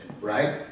right